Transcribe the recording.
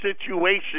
situation